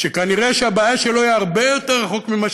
שכנראה הבעיה שלו מגיעה הרבה יותר רחוק ממה